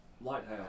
Lighthouse